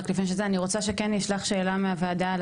אני רק רוצה שכן נשלח שאלה מהוועדה על